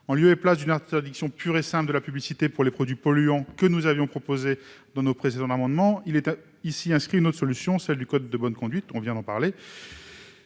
En lieu et place de l'interdiction pure et simple de la publicité sur les produits polluants que nous avions proposée dans un précédent amendement, nous avançons ici une autre solution : celle des codes de bonne conduite, dont nous venons de parler.